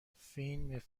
فین